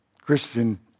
Christian